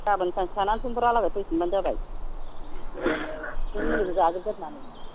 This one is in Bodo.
गाबोन सानसे थानानै समफोरहालागै फैफिनबानो जाबाय नों मुलिखौ जाजोबग्रोनानै